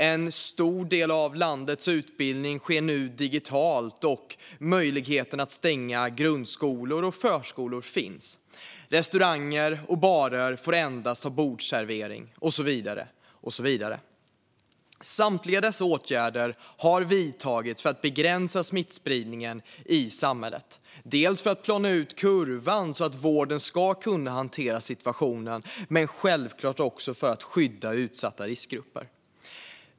En stor del av landets utbildning sker nu digitalt, och möjligheten att stänga grundskolor och förskolor finns. Restauranger och barer får endast ha bordsservering och så vidare. Samtliga dessa åtgärder har vidtagits för att begränsa smittspridningen i samhället, bland annat för att plana ut kurvan så att vården ska kunna hantera situationen men självklart också för att skydda utsatta riskgrupper.